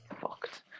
Fucked